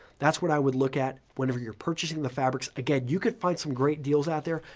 that's what i would look at whenever you're purchasing the fabrics. again, you could find some great deals out there,